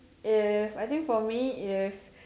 if I think for me if